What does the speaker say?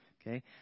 Okay